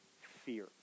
fear